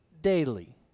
daily